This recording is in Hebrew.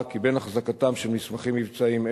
כי בין החזקתם של מסמכים מבצעיים אלה,